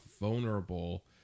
vulnerable